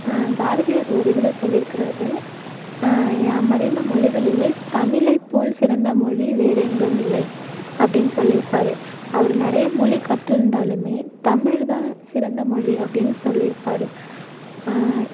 பாரதியார் ஒரு இதில் சொல்லியிருக்குறாரு யாமறிந்த மொழிகளிலே தமிழை போல் சிறந்த மொழி வேறு எங்கும் இல்லை அப்படினு சொல்லியிருப்பாரு அவர் நிறைய மொழி கற்றிருந்தாலுமே தமிழ் தான் சிறந்த மொழி அப்படினு சொல்லியிருப்பாரு